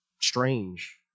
strange